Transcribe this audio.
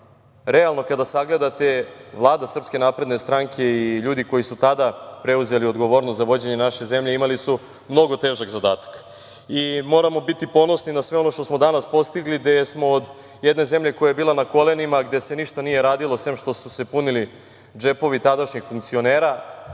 realno kada sagledate, Vlada SNS i ljudi koji su tada preuzeli odgovornost za vođenje naše zemlje imali su mnogo težak zadatak. Moramo biti ponosni na sve ono što smo danas postigli, gde smo od jedne zemlje koja je bila na kolenima, gde se ništa nije radilo sem što su se punili džepovi tadašnjih funkcionera,